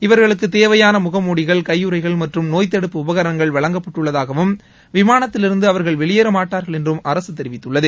இவர்களுக்குத் தேவையான முகமுடிகள் கையுறைகள் மற்றும் நோய்த்தடுப்பு உபகரணங்கள் வழங்கப்பட்டுள்ளதாகவும் விமானத்திலிருந்து அவர்கள் வெளியேற மாட்டார்கள் என்றும் அரசு தெரிவித்துள்ளது